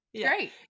Great